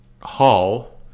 Hall